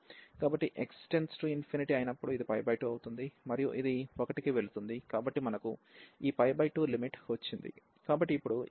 కాబట్టి x→∞ అయినప్పుడు ఇది 2 అవుతుంది మరియు ఇది 1 కి వెళుతుంది కాబట్టి మనకు ఈ 2 లిమిట్ వచ్చింది